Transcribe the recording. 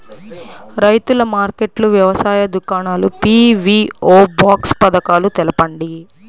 రైతుల మార్కెట్లు, వ్యవసాయ దుకాణాలు, పీ.వీ.ఓ బాక్స్ పథకాలు తెలుపండి?